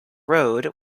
road